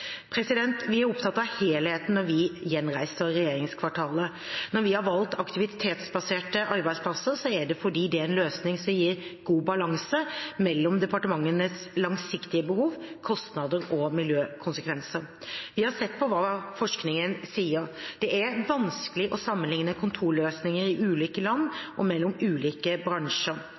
Vi er opptatt av helheten når vi gjenreiser regjeringskvartalet. Når vi har valgt aktivitetsbaserte arbeidsplasser, er det fordi det er en løsning som gir god balanse mellom departementenes langsiktige behov, kostnader og miljøkonsekvenser. Vi har sett på hva forskningen sier. Det er vanskelig å sammenlikne kontorløsninger i ulike land og mellom ulike bransjer.